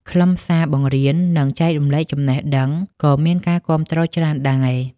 ខ្លឹមសារបង្រៀននិងចែករំលែកចំណេះដឹងក៏មានការគាំទ្រច្រើនដែរ។